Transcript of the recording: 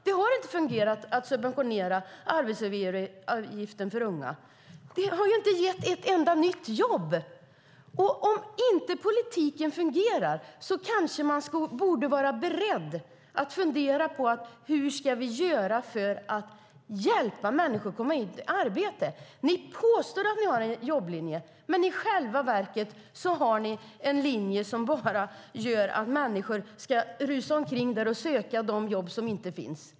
Det har inte fungerat att subventionera arbetsgivaravgiften för unga. Det har inte gett ett enda nytt jobb. Och om politiken inte fungerar borde man kanske vara beredd att fundera på hur man ska göra för att hjälpa människor att få ett arbete. Ni påstår att ni har en jobblinje, men i själva verket har ni en linje som bara gör att människor ska rusa omkring och söka de jobb som inte finns.